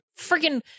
freaking